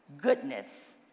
goodness